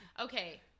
Okay